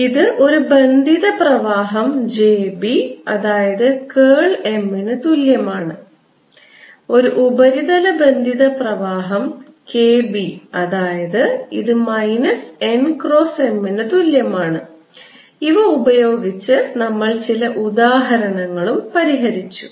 ഇത് ഒരു ബന്ധിത പ്രവാഹം j b അതായത് കേൾ M ന് തുല്യമാണ് ഒരു ഉപരിതല ബന്ധിത പ്രവാഹം K b അതായത് ഇത് മൈനസ് n ക്രോസ് M ന് തുല്യമാണ് ഇവ ഉപയോഗിച്ച് നമ്മൾ ചില ഉദാഹരണങ്ങളും പരിഹരിച്ചു